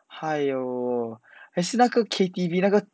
!haiyo! eh 现在那个 K_T_V 那个